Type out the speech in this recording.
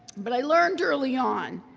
but i learned, early on,